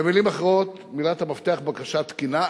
במלים אחרות, מילת המפתח: בקשה תקינה.